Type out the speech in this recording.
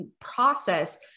process